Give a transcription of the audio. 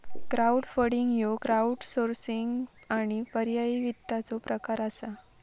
crowdfunding ह्यो crowdsourcing आणि पर्यायी वित्ताचो प्रकार असा